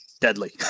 deadly